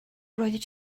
roeddet